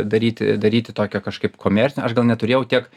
daryti daryti tokią kažkaip komerci aš gal neturėjau tiek